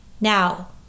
Now